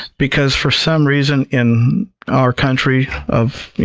because for some reason in our country of